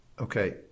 okay